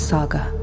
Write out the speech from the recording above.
Saga